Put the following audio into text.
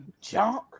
junk